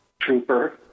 trooper